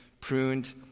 pruned